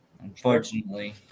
Unfortunately